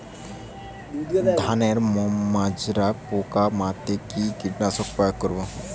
ধানের মাজরা পোকা মারতে কি কীটনাশক প্রয়োগ করব?